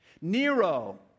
Nero